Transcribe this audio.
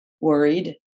worried